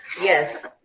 Yes